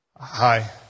Hi